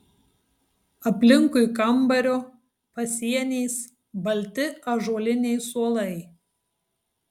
aplinkui kambario pasieniais balti ąžuoliniai suolai